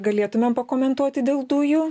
galėtumėm pakomentuoti dėl dujų